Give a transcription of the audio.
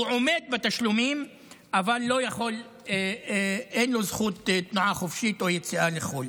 הוא עומד בתשלומים אבל אין לו זכות תנועה חופשית או יציאה לחו"ל.